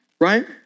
right